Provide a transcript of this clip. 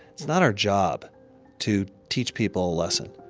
it's not our job to teach people a lesson.